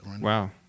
Wow